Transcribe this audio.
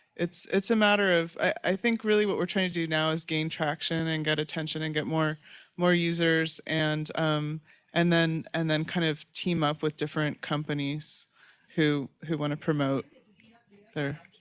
it's it's a matter of, i think really what we're trying to do now is gain traction, and get attention and get more more users and um and and then kind of team up with different companies who who want to promote their.